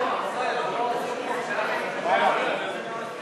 לסדר-היום ולהעביר